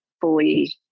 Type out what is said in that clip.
fully